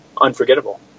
unforgettable